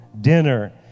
dinner